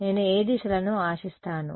నేను ఏ దిశలను ఆశిస్తాను